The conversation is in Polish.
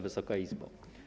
Wysoka Izbo!